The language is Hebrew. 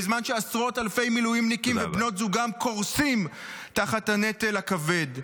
בזמן שעשרות אלפי מילואימניקים ובנות זוגות קורסים תחת הנטל הכבד.